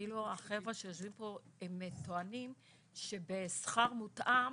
החבר'ה שיושבים פה טוענים שבשכר מותאם,